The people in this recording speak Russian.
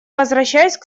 возвращаюсь